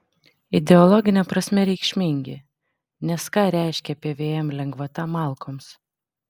ideologine prasme reikšmingi nes ką reiškia pvm lengvata malkoms